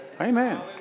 Amen